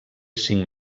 cinc